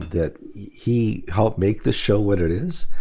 that he helped make this show what it is,